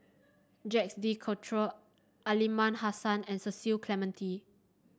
Jacques De Coutre Aliman Hassan and Cecil Clementi